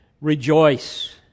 rejoice